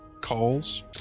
calls